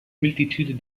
multitude